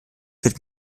wird